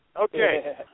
Okay